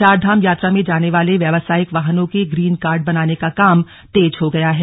चारधाम यात्रा में जाने वाले व्यावसायिक वाहनों के ग्रीन कार्ड बनाने का काम तेज हो गया है